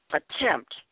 attempt